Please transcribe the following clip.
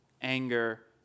anger